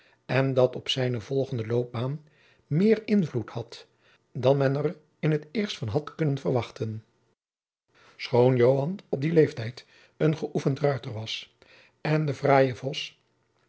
en dat op zijne volgende loopbaan meer invloed had dan men er in het eerst van had kunnen verwachten schoon joan op dien leeftijd een geoefend ruiter was en den fraaien vos